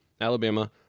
Alabama